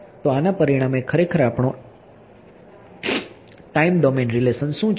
તો આના પરિણામે ખરેખર આપણો ટાઈમ ડોમેન રીલેશન શું છે